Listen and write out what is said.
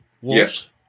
Yes